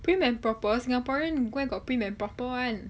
prim and proper singaporean where got prim and proper [one]